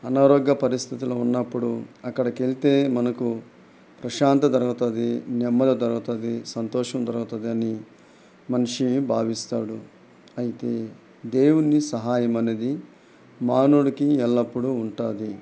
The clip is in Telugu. అనారోగ్య పరిస్థితులో ఉన్నప్పుడు అక్కడికి వెళ్తే మనకు ప్రశాంతత దొరుకుతుంది నెమ్మది దొరుకుతుంది సంతోషం దొరుకుతుంది అని మనిషి భావిస్తాడు అయితే దేవుని సహాయం అనేది మానవుడికి ఎల్లప్పుడు ఉంటుంది